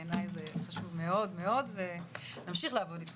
בעיניי זה חשוב מאוד ונמשיך לעבוד איתכם.